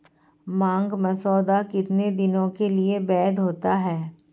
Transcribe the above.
मांग मसौदा कितने दिनों के लिए वैध होता है?